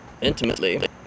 intimately